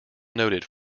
noted